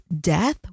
death